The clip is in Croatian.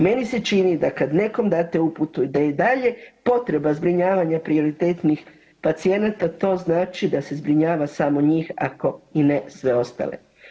Meni se čini da kad nekom date uputu da je i dalje potreba zbrinjavanja prioritetnih pacijenata to znači da se zbrinjava samo njih ako i ne sve ostale.